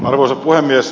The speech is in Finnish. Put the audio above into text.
arvoisa puhemies